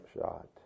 shot